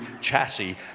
chassis